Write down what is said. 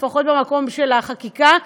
לפחות במקום של החקיקה.